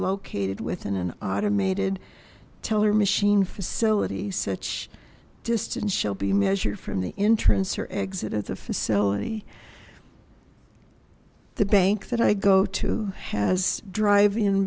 located within an automated teller machine facility such distance shall be measured from the entrance or exit at the facility the bank that i go to has drive in